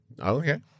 Okay